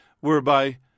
whereby